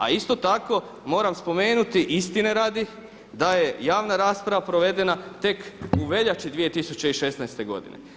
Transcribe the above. A isto tako moram spomenuti istine radi da je javna rasprava provedena tek u veljači 2016. godine.